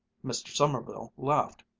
mr. sommerville laughed,